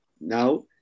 now